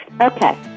okay